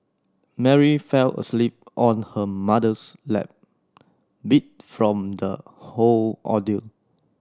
Mary fell asleep on her mother's lap beat from the whole ordeal